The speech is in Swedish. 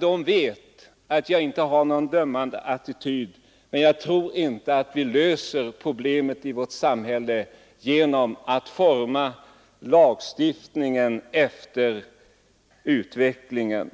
De vet alla att jag inte har någon dömande attityd. Men jag tror inte att vi löser problemen i vårt samhälle genom att forma lagstiftningen efter utvecklingen.